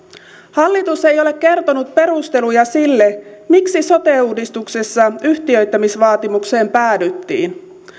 hallitus ei ole kertonut perusteluja sille miksi sote uudistuksessa yhtiöittämisvaatimukseen päädyttiin